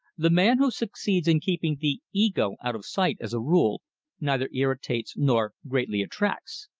the man who succeeds in keeping the ego out of sight as a rule neither irritates nor greatly attracts.